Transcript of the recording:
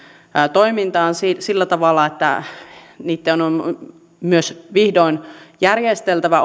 toimintaan sillä tavalla että niitten on myös vihdoin järjesteltävä